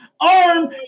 arm